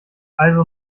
also